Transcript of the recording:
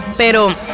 Pero